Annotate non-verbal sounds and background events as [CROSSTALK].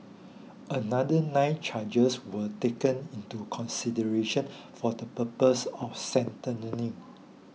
[NOISE] another nine charges were taken into consideration for the purpose of [UNINTELLIGIBLE]